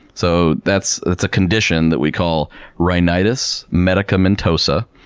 so that's that's a condition that we call rhinitis medicamentosa.